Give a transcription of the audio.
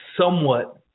somewhat –